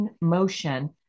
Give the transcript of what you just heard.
motion